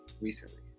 recently